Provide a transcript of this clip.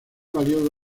valió